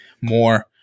more